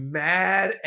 mad